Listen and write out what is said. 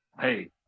hey